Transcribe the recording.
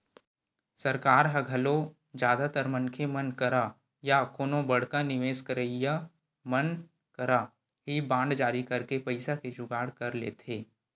सरकार ह घलो जादातर मनखे मन करा या कोनो बड़का निवेस करइया मन करा ही बांड जारी करके पइसा के जुगाड़ कर लेथे